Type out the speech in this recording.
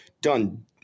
Done